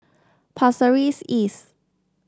Pasir Ris East